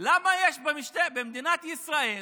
למה במדינת ישראל